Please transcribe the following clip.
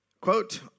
quote